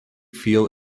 feel